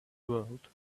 world